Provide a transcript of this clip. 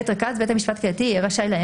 רכז בית משפט קהילתי יהיה רשאי לעיין